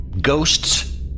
ghosts